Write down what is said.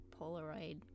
Polaroid